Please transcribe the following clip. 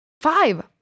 Five